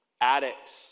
Addicts